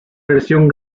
versión